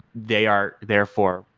they are, therefore,